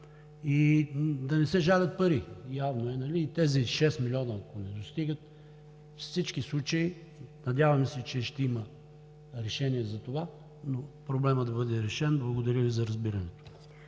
и да не се жалят пари. Явно е, че ако и тези шест милиона не достигат… Във всички случаи, надяваме се, ще има решение за това, но проблемът да бъде решен. Благодаря Ви за разбирането.